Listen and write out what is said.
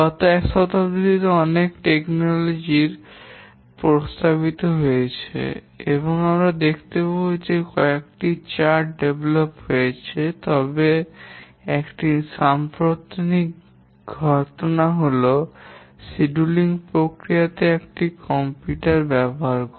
গত এক শতাব্দীতে অনেক টেকনিক প্রস্তাবিত হয়েছে এবং আমরা দেখতে পাবো যে কয়েকটি চার্ট উন্নত হয়েছে তবে একটি সাম্প্রতিক ঘটনা হল সিডিউল প্রক্রিয়াতে একটি কম্পিউটার ব্যবহার করা